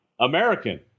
American